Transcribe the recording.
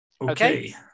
Okay